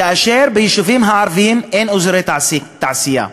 כאשר ביישובים הערביים אין אזורי תעשייה,